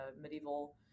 medieval